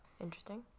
Interesting